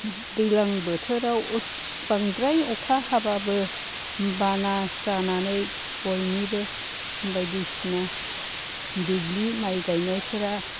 दैज्लां बोथोराव बांद्राय अखा हाबाबो बाना जानानै बयनिबो बायदिसिना दुब्लि माइ गायनायफोरा